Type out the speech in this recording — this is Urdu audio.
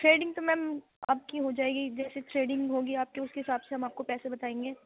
تھریڈنگ تو میم آپ کی ہو جائے گی جیسے تھریڈنگ ہوگی آپ کی اس کے حساب سے ہم آپ کو پیسے بتائیں گے